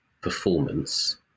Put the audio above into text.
performance